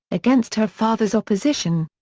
against her father's opposition.